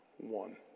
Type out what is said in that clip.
One